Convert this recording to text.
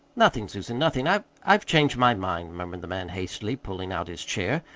nothing, susan, nothing. i i've changed my mind, murmured the man hastily, pulling out his chair.